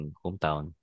hometown